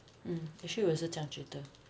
hmm actually 我也是这样觉得